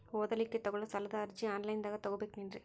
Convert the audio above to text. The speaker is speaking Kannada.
ಓದಲಿಕ್ಕೆ ತಗೊಳ್ಳೋ ಸಾಲದ ಅರ್ಜಿ ಆನ್ಲೈನ್ದಾಗ ತಗೊಬೇಕೇನ್ರಿ?